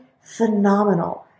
phenomenal